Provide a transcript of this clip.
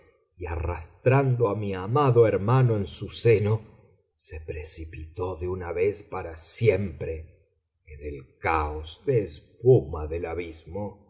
y arrastrando a mi amado hermano en su seno se precipitó de una vez para siempre en el caos de espuma del abismo